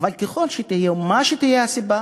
אבל ככל שתהיה ומה שתהיה הסיבה,